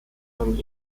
dann